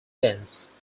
sense